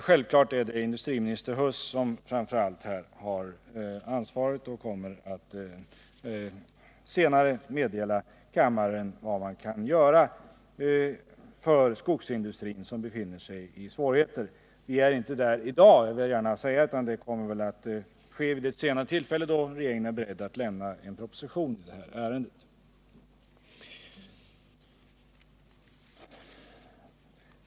Självklart är det industriminister Huss som framför allt har ansvaret, och han kommer att senare meddela kammaren vad man kan göra för skogsindustrin, som befinner sig i svårigheter. Det kommer inte att ske i dag utan vid ett senare tillfälle, då regeringen är beredd att lämna en proposition i ärendet.